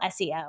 SEO